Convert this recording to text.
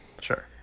sure